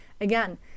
again